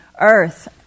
earth